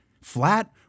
Flat